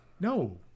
No